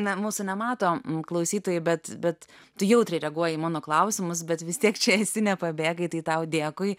na mūsų nemato klausytojai bet bet tu jautriai reaguoji į mano klausimus bet vis tiek čia esi nepabėgai tai tau dėkui